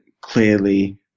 clearly